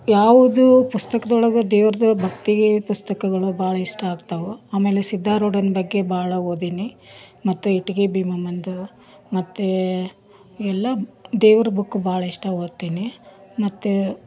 ಯಾವುದು ಪುಸ್ತಕ್ದೊಳಗೆ ದೇವ್ರ್ದು ಭಕ್ತಿಗೆ ಪುಸ್ತಕಗಳು ಭಾಳ ಇಷ್ಟ ಆಗ್ತವೆ ಆಮೇಲೆ ಸಿದ್ಧಾರೂಢನ ಬಗ್ಗೆ ಭಾಳ ಓದೀನಿ ಮತ್ತು ಇಟ್ಗಿ ಭೀಮಮ್ಮನದು ಮತ್ತು ಎಲ್ಲ ದೇವರ ಬುಕ್ಕು ಭಾಳ ಇಷ್ಟ ಓದ್ತೀನಿ ಮತ್ತು